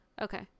Okay